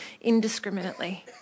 indiscriminately